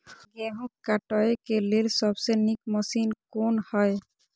गेहूँ काटय के लेल सबसे नीक मशीन कोन हय?